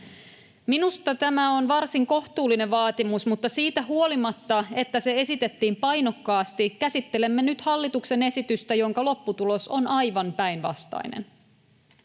Minusta tämä on varsin kohtuullinen vaatimus, mutta siitä huolimatta, että se esitettiin painokkaasti, käsittelemme nyt hallituksen esitystä, jonka lopputulos on aivan päinvastainen.